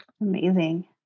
Amazing